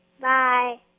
Bye